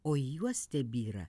o į juos tebyra